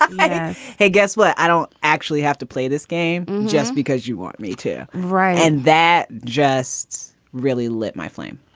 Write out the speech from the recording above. um and hey, guess what? i don't actually have to play this game just because you want me to. right. and that just really lit my flame.